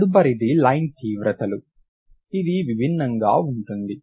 తదుపరిది లైన్ తీవ్రతలు ఇది భిన్నంగా ఉంటుంది